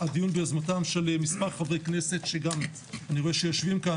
הדיון ביוזמתם של מספר חברי כנסת שגם אני רואה שיושבים כאן,